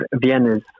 Vienna's